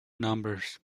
numbers